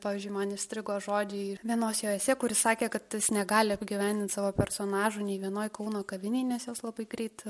pavyzdžiui man įstrigo žodžiai vienos jo esė kur jis sakė kad jis negali apgyvendint savo personažų nei vienoj kauno kavinėj nes jos labai greit